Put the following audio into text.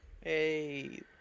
hey